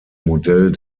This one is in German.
modell